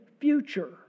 future